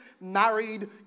married